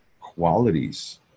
qualities